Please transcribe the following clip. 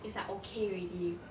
it's like okay already